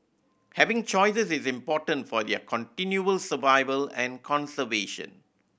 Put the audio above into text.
having choices is important for their continual survival and conservation